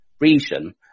region